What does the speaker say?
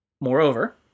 Moreover